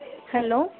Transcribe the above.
hello